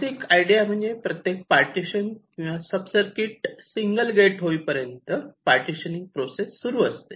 basic idea म्हणजे प्रत्येक partition किंवा सब सर्किट सिंगल गेट होईपर्यंत पार्टिशनिंग प्रोसेस सुरू असते